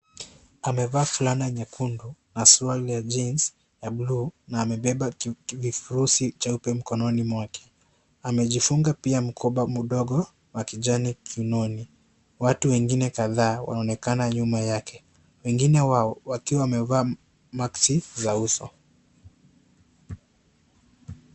Amevaa fulana nyekundu na suruali ya (CS)jeans(CS )ya bluu na amebeba kifurusi jeupe mkononi mwake. Amejifunga pia mkoba mdogo ya kijani kiunoni. Watu wengine kadhaa wanaonekana nyuma yake, wengine wao wakiwa wamevaa maski ya uso.